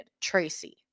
tracy